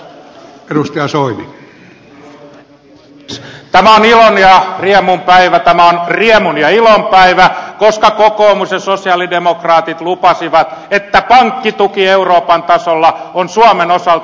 tämä on ilon ja riemun päivä tämä on riemun ja ilon päivä koska kokoomus ja sosialidemokraatit lupasivat että pankkituki euroopan tasolla on suomen osalta kiinni